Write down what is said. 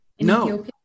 No